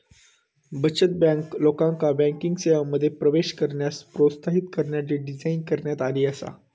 बचत बँक, लोकांका बँकिंग सेवांमध्ये प्रवेश करण्यास प्रोत्साहित करण्यासाठी डिझाइन करण्यात आली आसा